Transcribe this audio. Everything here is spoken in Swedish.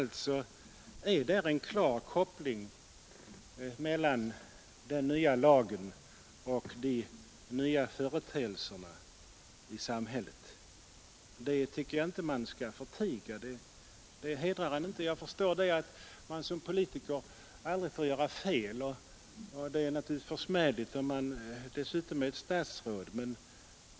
Det är alltså en klar koppling mellan den nya lagen och de nya företeelserna i samhället. Det tycker jag inte man skall förtiga det hedrar en inte. Jag förstår att man som politiker aldrig får göra fel, och det är naturligtvis särskilt försmädligt att så göra när man dessutom är statsråd.